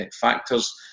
factors